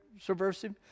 subversive